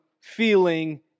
feeling